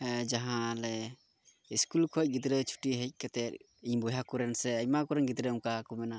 ᱦᱮᱸ ᱡᱟᱦᱟᱸ ᱞᱮ ᱥᱠᱩᱞ ᱠᱷᱚᱡ ᱜᱤᱫᱽᱨᱟᱹ ᱪᱷᱩᱴᱤ ᱦᱮᱡ ᱠᱟᱛᱮᱫ ᱤᱧ ᱵᱚᱭᱦᱟ ᱠᱚᱨᱮᱱ ᱥᱮ ᱟᱭᱢᱟ ᱠᱚᱨᱮᱱ ᱜᱤᱫᱽᱨᱟᱹ ᱚᱱᱠᱟ ᱠᱚ ᱢᱮᱱᱟ